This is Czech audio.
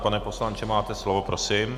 Pane poslanče, máte slovo, prosím.